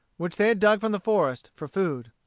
which they had dug from the forest, for food.